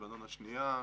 מלבנון השנייה.